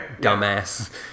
dumbass